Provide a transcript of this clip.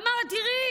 הוא אמר לה: תראי,